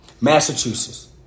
Massachusetts